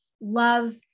love